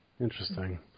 Interesting